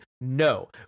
No